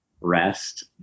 rest